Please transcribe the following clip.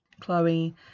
Chloe